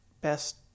Best